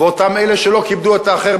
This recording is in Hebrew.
ואותם אלה שלא כיבדו את האחר,